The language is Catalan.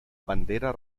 bandera